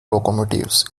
locomotives